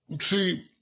See